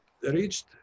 reached